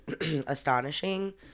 astonishing